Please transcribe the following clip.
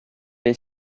est